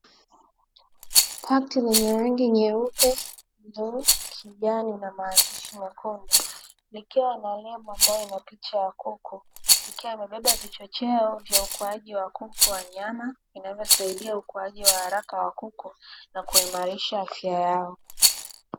Pakiti lenye rangi nyeupe, blue, kijani na maandishi mekundu likiwa na nembo yenye picha ya kuku, ikiwa imebeba vichocheo vya ukuaji wa kuku wa nyama, vinavyosaidia ukuaji wa haraka kuku na kuimarisha afya yao.